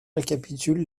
récapitule